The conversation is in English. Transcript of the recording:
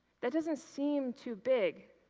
that doesn't seem too big,